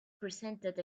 presented